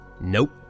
Nope